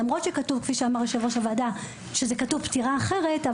למשל, למרות שכתוב פטירה אחרת,